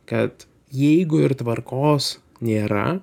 kad jeigu ir tvarkos nėra